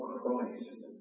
Christ